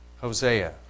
Hosea